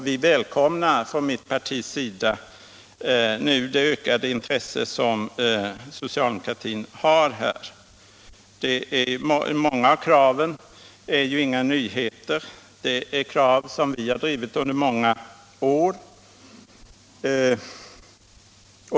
Vi välkomnar från mitt partis sida det ökade intresse som socialdemokratin nu visar för södra Afrika. Många av kraven är ju inga nyheter, utan krav som vi har drivit under många år.